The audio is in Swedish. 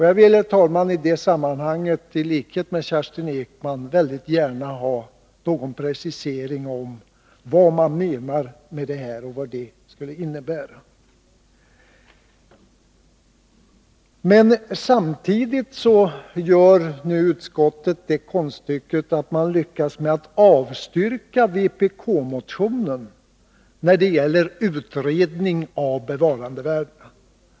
Jag vill, herr talman, i det sammanhanget i likhet med Kerstin Ekman mycket gärna ha en precisering om vad detta innebär. Samtidigt gör utskottet konststycket att avstyrka vpk-motionen när det gäller utredning av bevarandevärdena.